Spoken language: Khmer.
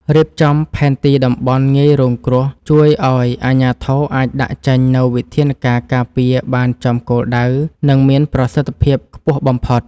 រៀបចំផែនទីតំបន់ងាយរងគ្រោះជួយឱ្យអាជ្ញាធរអាចដាក់ចេញនូវវិធានការការពារបានចំគោលដៅ និង មានប្រសិទ្ធភាពខ្ពស់បំផុត។